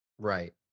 right